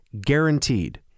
guaranteed